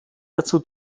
dazu